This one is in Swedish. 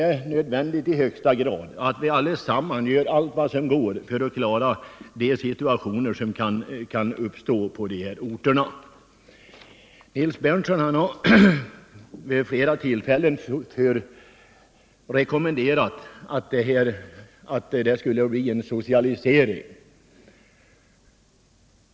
Det är i högsta grad nödvändigt att samtliga berörda gör allt vad som är möjligt för att klara de situationer som kan uppstå på dessa orter. Nils Berndtson har vid flera tillfällen rekommenderat socialisering i dessa sammanhang.